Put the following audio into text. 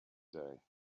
day